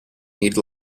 need